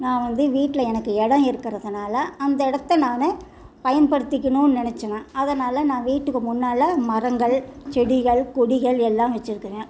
நான் வந்து வீட்டில் எனக்கு இடம் இருக்கிறதுனால அந்த இடத்த நான் பயன்படுத்திக்கிணும்னு நினச்சனா அதனால் நான் வீட்டுக்கு முன்னால் மரங்கள் செடிகள் கொடிகள் எல்லாம் வச்சுருக்கிறேன்